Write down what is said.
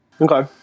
Okay